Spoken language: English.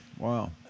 Wow